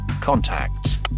Contacts